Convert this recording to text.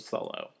Solo